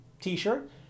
t-shirt